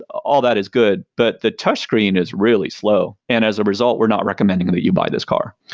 all that is good, but the touchscreen is really slow. and as a result, we're not recommending that you buy this car.